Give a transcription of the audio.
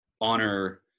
honor